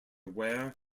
ware